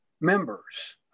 members